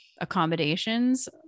accommodations